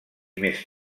més